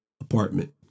apartment